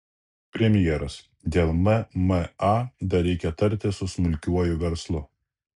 premjeras dėl mma dar reikia tartis su smulkiuoju verslu